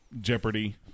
Jeopardy